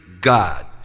God